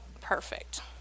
perfect